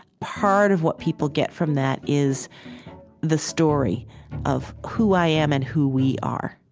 part of what people get from that is the story of who i am and who we are.